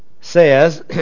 says